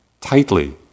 tightly